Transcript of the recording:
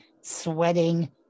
sweating